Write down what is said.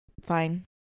Fine